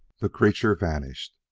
the creature vanished,